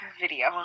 video